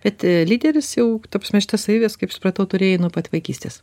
bet e lyderis jau ta prasme šitas savybes kaip supratau turėjai nuo pat vaikystės